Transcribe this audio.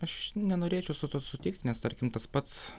aš nenorėčiau su tuo sutikt nes tarkim tas pats